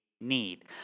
Need